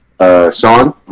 Sean